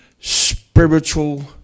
spiritual